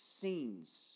scenes